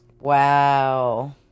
Wow